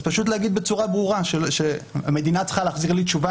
אז פשוט להגיד בצורה ברורה המדינה צריכה להחזיר לי תשובה,